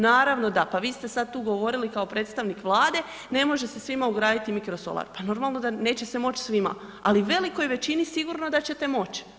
Naravno da, pa vi ste sad tu govorili kao predstavnik Vlade ne može se svima ugraditi mikrosolar, pa normalo da neće se moći svima, ali velikoj većini sigurno da ćete moći.